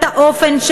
את האופן,